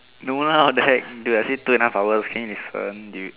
no lah what the heck dude I say two and a half hours can you listen dude